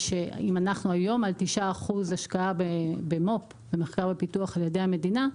אם אנחנו היום על 9% השקעה במו"פ על ידי המדינה,